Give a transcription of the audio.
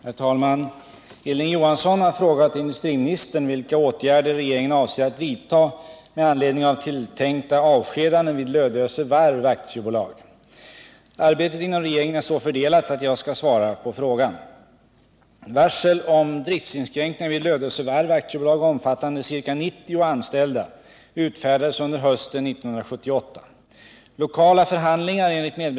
Herr talman! Hilding Johansson har frågat industriministern vilka åtgärder regeringen avser att vidta med anledning av tilltänkta avskedanden vid AP Lödöse Varf. Arbetet inom regeringen är så fördelat att jag skall svara på frågan.